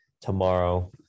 tomorrow